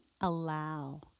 allow